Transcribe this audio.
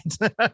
Right